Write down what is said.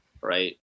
right